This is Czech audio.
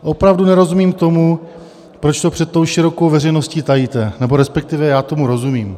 Opravdu nerozumím tomu, proč to před tou širokou veřejností tajíte, nebo respektive, já tomu rozumím.